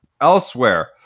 Elsewhere